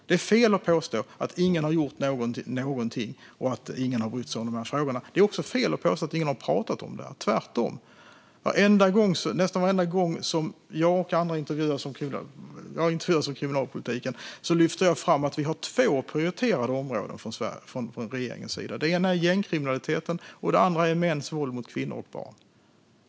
Det är fel att påstå att ingen har gjort någonting och att ingen har brytt sig om de här frågorna. Det är också fel att påstå att ingen har pratat om dem. Tvärtom har jag nästan varenda gång jag har intervjuats om kriminalpolitiken lyft fram att vi har två prioriterade områden från regeringens sida. Det ena är gängkriminaliteten, och det andra är mäns våld mot kvinnor och barn.